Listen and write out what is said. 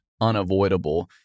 unavoidable